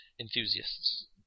enthusiasts